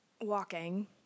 walking